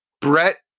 Brett